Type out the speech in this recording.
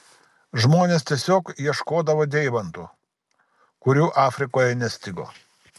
žmonės tiesiog ieškodavo deimantų kurių afrikoje nestigo